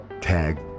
tag